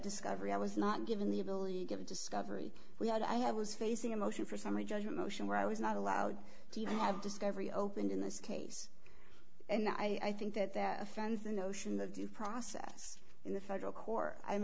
discovery i was not given the ability given discovery we had i have was facing a motion for summary judgment motion where i was not allowed to have discovery opened in this case and i think that that offends the notion of due process in the federal court i'm